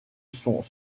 sont